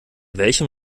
welchem